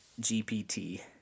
GPT